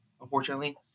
unfortunately